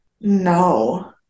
No